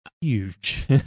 huge